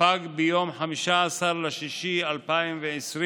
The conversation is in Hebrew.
פג ביום 15 ביוני 2020,